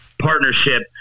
partnership